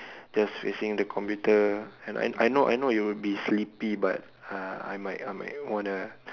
just facing the computer and I know I know it would be sleepy but uh I might I might wanna